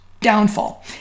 downfall